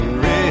red